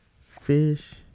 Fish